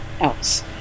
else